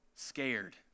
Scared